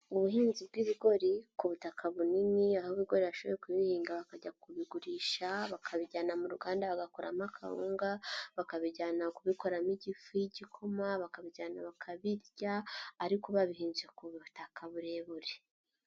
Ubuhinzi bw'ibigori ku butaka bunini aho abagore bashoboye kuhinga bakajya kubigurisha, bakabijyana mu ruganda bagakoramo kawunga, bakabijyana kubikoramo igifu y'igikoma, bakabijyana bakabirya ariko babihinze ku butaka burebure.